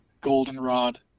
Goldenrod